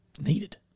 needed